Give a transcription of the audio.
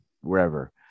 wherever